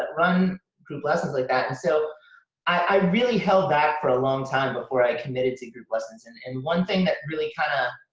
but run group lessons like that and so i really held back for a long time before i committed to group lessons. and and one thing that really kinda